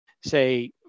say